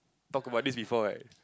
talk about this before right